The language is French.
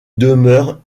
demeure